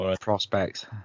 Prospects